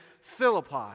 Philippi